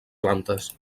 plantes